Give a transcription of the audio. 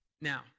Now